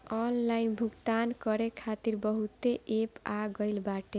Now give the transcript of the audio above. online भुगतान करे खातिर बहुते एप्प आ गईल बाटे